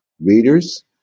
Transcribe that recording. readers